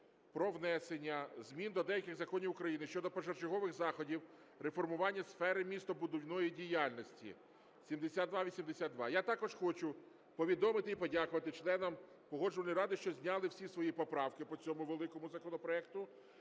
про внесення змін до деяких законів України щодо першочергових заходів реформування сфери містобудівної діяльності (7282). Я також хочу повідомити і подякувати членам Погоджувальної ради, що зняли всі свої поправки по цьому великому законопроекту.